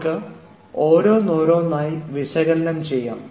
നമുക്ക് ഓരോന്നോരോന്നായി വിശകലനം ചെയ്യാം